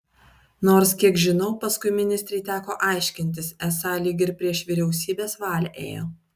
nors kiek žinau paskui ministrei teko aiškintis esą lyg ir prieš vyriausybės valią ėjo